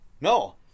No